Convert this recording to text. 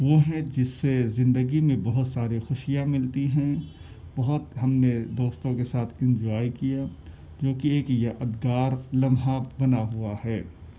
وہ ہیں جس سے زندگی میں بہت سارے خوشیاں ملتی ہیں بہت ہم نے دوستوں کے ساتھ انجوائے کیا کیونکہ ایک یادگار لمحہ بنا ہوا ہے